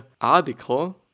article